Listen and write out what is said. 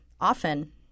often